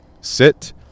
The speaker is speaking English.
sit